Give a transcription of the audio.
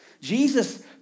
Jesus